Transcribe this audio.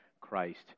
Christ